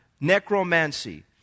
necromancy